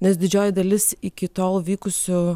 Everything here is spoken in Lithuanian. nes didžioji dalis iki tol vykusių